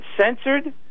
censored